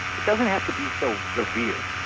it doesn't have to be so revered.